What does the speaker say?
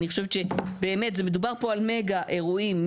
אני חושבת שבאמת מדובר פה על מגה אירועים,